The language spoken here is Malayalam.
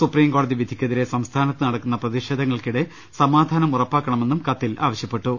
സുപ്രീം കോടതി വിധിക്കെതിരെ സംസ്ഥാനത്ത് നടക്കുന്ന പ്രതിഷേധങ്ങൾക്കിടെ സമാധാനം ഉറപ്പാക്കണമെന്നും കത്തിൽ ആവശ്യപ്പെട്ടു